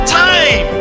time